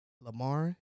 Lamar